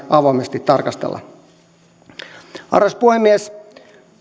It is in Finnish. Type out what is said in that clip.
avoimesti tarkastella arvoisa puhemies